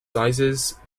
sizes